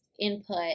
input